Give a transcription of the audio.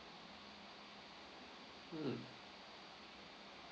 mm